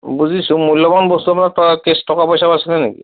বুজিছোঁ মূল্যবান বস্তু আপোনাৰ ট কেচ টকা পইচাও আছিলে নেকি